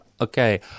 Okay